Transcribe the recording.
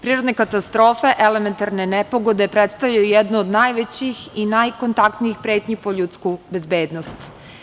Prirodne katastrofe, elementarne nepogode predstavljaju jednu od najvećih i najkontaktnijih pretnji po ljudsku bezbednost.